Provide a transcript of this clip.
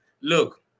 look